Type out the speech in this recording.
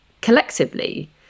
collectively